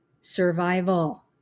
survival